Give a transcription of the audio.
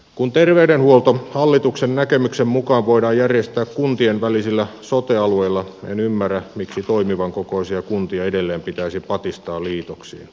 kun terveydenhuolto hallituksen näkemyksen mukaan voidaan järjestää kuntien välisillä sote alueilla en ymmärrä miksi toimivan kokoisia kuntia edelleen pitäisi patistaa liitoksiin